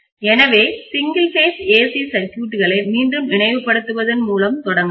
எனவே single phase AC சர்க்யூட்களை மீண்டும் நினைவுபடுத்துவதன் மூலம் தொடங்கலாம்